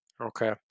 Okay